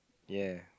ya